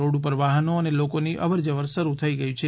road ઉપર વાહનો અને લોકોની અવરજવર શરૂ થઇ ગઇ છે